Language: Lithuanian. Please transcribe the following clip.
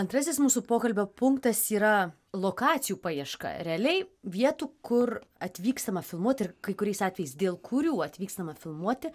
antrasis mūsų pokalbio punktas yra lokacijų paieška realiai vietų kur atvykstama filmuoti ir kai kuriais atvejais dėl kurių atvykstama filmuoti